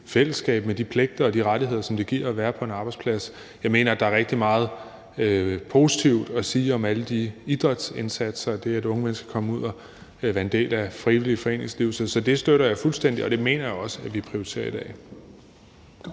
fællesskab med de pligter og rettigheder, som det giver at være på en arbejdsplads. Jeg mener, at der er rigtig meget positivt at sige om alle idrætsindsatserne, altså det, at unge mennesker kan komme ud og være en del af det frivillige foreningsliv. Så det støtter jeg fuldstændig op om, og det mener jeg også at vi prioriterer i dag.